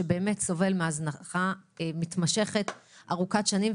שבאמת סובל מהזנחה מתמשכת וארוכת שנים,